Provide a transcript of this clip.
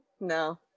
No